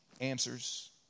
answers